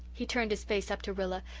he turned his face up to rilla,